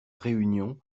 réunion